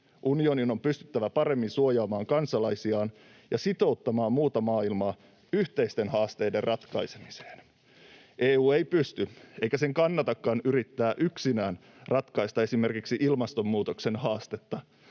Unionin on pystyttävä paremmin suojaamaan kansalaisiaan ja sitouttamaan muuta maailmaa yhteisten haasteiden ratkaisemiseen. EU ei pysty eikä sen kannata yrittääkään yksinään ratkaista esimerkiksi ilmastonmuutoksen haastetta,